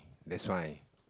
that's why